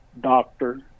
doctor